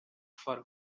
for